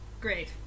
Great